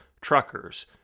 truckers